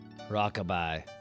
Rockabye